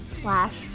slash